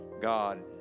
God